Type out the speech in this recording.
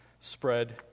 spread